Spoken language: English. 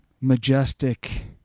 majestic